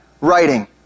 writing